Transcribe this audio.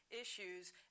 issues